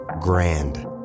grand